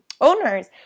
owners